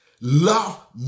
Love